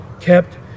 kept